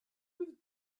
with